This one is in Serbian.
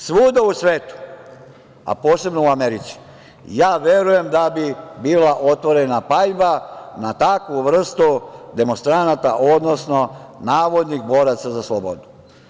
Svuda u svetu, a posebno u Americi, ja verujem da bi bila otvorena paljba na takvu vrstu demonstranata, odnosno navodnih boraca za slobodu.